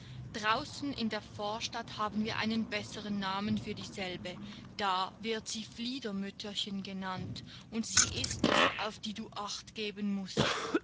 draußen in der vorstadt haben wir einen besseren namen für dieselbe da wird sie fliedermütterchen genannt und sie ist es auf die du acht geben mußt